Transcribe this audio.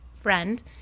friend